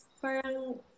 parang